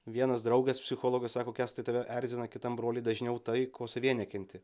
vienas draugas psichologas sako kęstai tave erzina kitam broly dažniau tai ko savyje nekenti